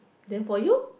then for you